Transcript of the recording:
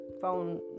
phone